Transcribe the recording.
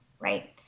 right